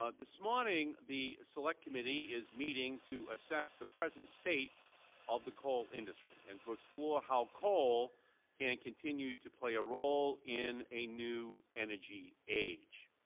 ah this morning the select committee is meeting to assess the present state of the coal industry and to explore how coal can continue to play a role in a new energy age.